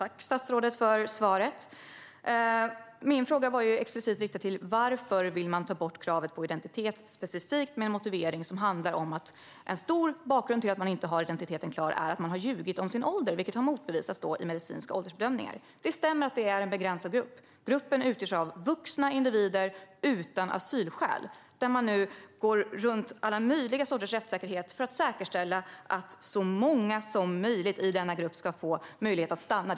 Fru talman! Tack för svaret, statsrådet! Min fråga handlade explicit om varför man vill ta bort kravet på identitet med en specifik motivering om att en stor anledning till att de inte har identiteten klar är att de har ljugit om sin ålder, vilket har bevisats vid medicinska åldersbedömningar. Det stämmer att det gäller en begränsad grupp. Gruppen utgörs av vuxna individer som saknar asylskäl. Nu går man runt all möjlig rättssäkerhet för att säkerställa att så många som möjligt i denna grupp ska få möjlighet att stanna.